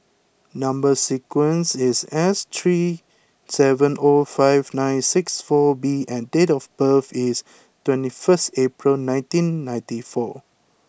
number sequence is S three seven zero five nine six four B and date of birth is twenty one April nineteen ninety four